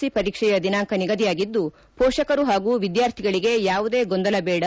C ಪರೀಕ್ಷೆಯಲ್ಲಿ ದಿನಾಂಕ ನಿಗದಿಯಾಗಿದ್ದು ಮೋಷಕರು ಪಾಗೂ ವಿದ್ಯಾರ್ಥಿಗಳಿಗೆ ಯಾವುದೇ ಗೊಂದಲ ಬೇಡ